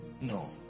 No